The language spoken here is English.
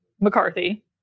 McCarthy